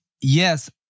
yes